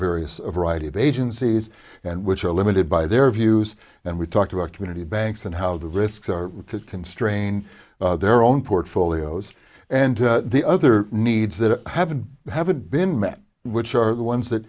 various variety of agencies and which are limited by their views and we talked about community banks and how the risks are constrained their own portfolios and the other needs that haven't haven't been met which are the ones that